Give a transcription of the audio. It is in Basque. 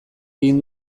egin